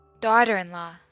daughter-in-law